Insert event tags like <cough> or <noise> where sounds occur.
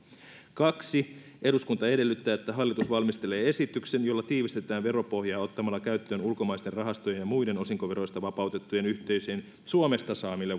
kaksi eduskunta edellyttää että hallitus valmistelee esityksen jolla tiivistetään veropohjaa ottamalla käyttöön ulkomaisten rahastojen ja muiden osinkoveroista vapautettujen yhteisöjen suomesta saamille <unintelligible>